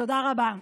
תודה רבה.